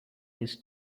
his